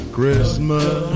Christmas